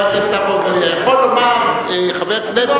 יכול לומר חבר כנסת,